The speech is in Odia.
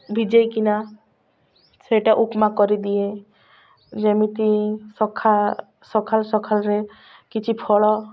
ଭିଜେଇକିନା ସେଇଟା ଉପମା କରିଦିଏ ଯେମିତି ସଖା ସକାଳ ସକାଳରେ କିଛି ଫଳ